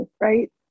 right